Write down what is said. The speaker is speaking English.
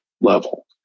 level